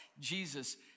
Jesus